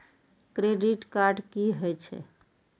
Credit card की हे छे?